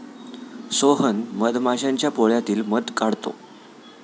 सोहन मधमाश्यांच्या पोळ्यातील मध काढतो